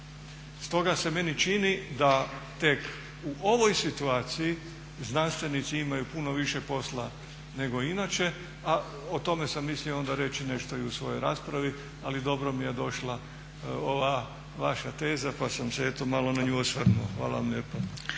Stoga se meni čini da tek u ovoj situaciji znanstvenici imaju puno više posla nego inače a o tome sam mislio onda reći nešto i u svojoj raspravi, ali dobro mi je došla ova vaša teza pa sam se eto malo na nju osvrnuo. Hvala vam lijepa.